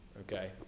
okay